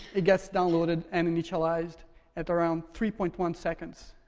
it get downloaded and initialized at around three point one seconds.